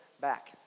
back